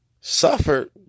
suffered